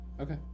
Okay